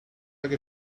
like